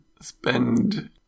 spend